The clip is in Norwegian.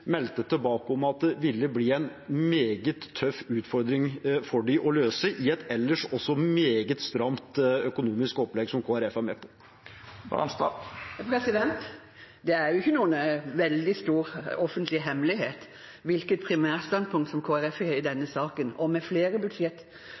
meldte tilbake ville bli en meget tøff utfordring for dem å løse i et ellers også meget stramt økonomisk opplegg, som Kristelig Folkeparti er med på? Det er ingen veldig stor offentlig hemmelighet hvilket primærstandpunkt Kristelig Folkeparti har i denne